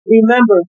Remember